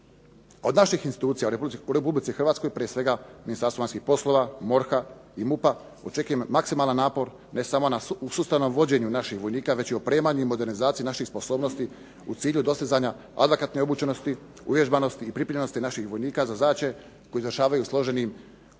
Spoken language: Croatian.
Od naših institucija u Republici Hrvatskoj prije svega Ministarstvo vanjskih poslova, MORH-a i MUP-a očekujem maksimalan napor ne samo u sustavnom vođenju naših vojnika, već i opremanju i modernizaciji naših sposobnosti u cilju dosezanja adekvatne obučenosti, uvježbanosti i pripremljenosti naših vojnika za zadaće koje izvršavaju složenim uvjetima